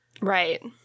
right